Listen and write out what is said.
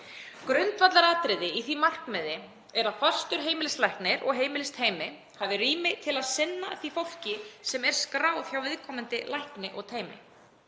Grundvallaratriði í því markmiði er að fastur heimilislæknir og heimilisteymi hafi rými til að sinna því fólki sem er skráð hjá viðkomandi lækni og teymi.